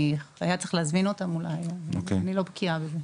אני לא בקיאה בזה.